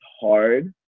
hard